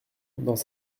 dans